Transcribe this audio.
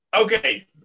Okay